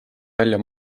välja